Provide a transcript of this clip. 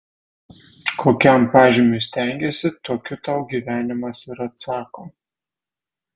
kokiam pažymiui stengiesi tokiu tau gyvenimas ir atsako